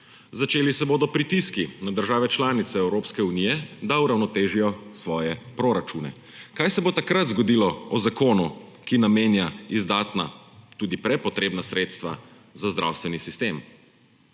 začeli se bodo pritiski na države članice Evropske unije, da uravnotežijo svoje proračune. Kaj se bo takrat zgodilo o zakonu, ki namenja izdatna, tudi prepotrebna sredstva za zdravstveni sistem?